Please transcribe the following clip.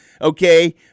Okay